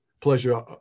pleasure